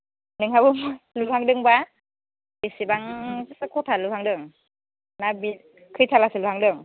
नोंहाबो लुहांदोंबा बेसेबां कथा लुहांदों ना बे खयथाला लुहांदों